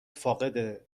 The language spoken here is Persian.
فاقد